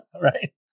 Right